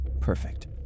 Perfect